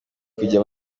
kujya